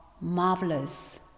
marvelous